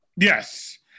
Yes